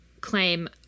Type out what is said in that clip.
claim